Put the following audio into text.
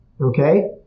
okay